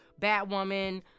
Batwoman